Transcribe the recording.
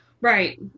Right